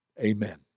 Amen